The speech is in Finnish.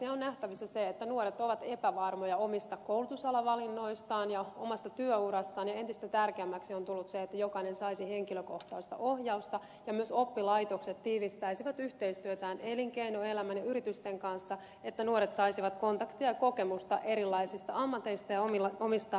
on nähtävissä se että nuoret ovat epävarmoja omista koulutusalavalinnoistaan ja omasta työurastaan ja entistä tärkeämmäksi on tullut se että jokainen saisi henkilökohtaista ohjausta ja myös oppilaitokset tiivistäisivät yhteistyötään elinkeinoelämän ja yritysten kanssa että nuoret saisivat kontakteja ja kokemusta erilaisista ammateista ja omista mahdollisuuksistaan